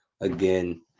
Again